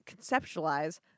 conceptualize